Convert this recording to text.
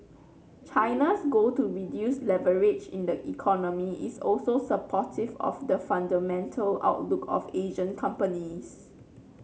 China's goal to reduce leverage in the economy is also supportive of the fundamental outlook of Asian companies